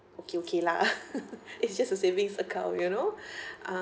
okay okay lah it's just a savings account you know um